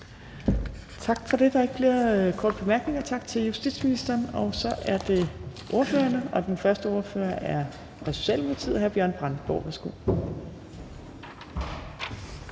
Tak for det. Der er ikke flere korte bemærkninger. Tak til justitsministeren. Så er det ordførerne. Den første ordfører er fra Socialdemokratiet.